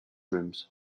rooms